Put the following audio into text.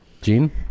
Gene